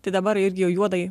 tai dabar irgi juodai